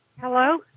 Hello